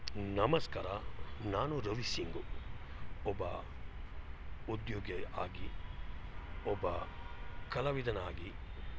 ನಮಸ್ಕಾರ ನಾನು ರವಿ ಸಿಂಗು ಒಬ್ಬ ಉದ್ಯೋಗಿ ಆಗಿ ಒಬ್ಬ ಕಲಾವಿದನಾಗಿ